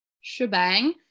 shebang